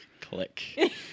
Click